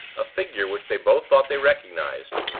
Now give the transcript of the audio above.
a figure, which they both thought they recognized,